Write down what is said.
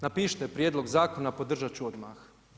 Napišite prijedlog zakona, podržati ću odmah.